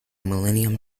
millennium